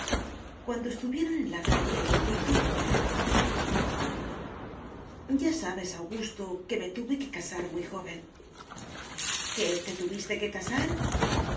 cuando estuvieron en la calle víctor comenzó ya sabes augusto que me tuve que casar muy joven que te tuviste que casar